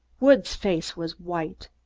woods' face was white.